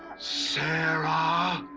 sarah